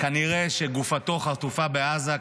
כנראה שגופתו חטופה בעזה,